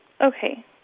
Okay